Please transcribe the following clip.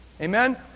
Amen